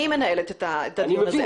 אני מנהלת את הדיון הזה,